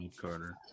Carter